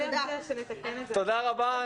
תודה רבה.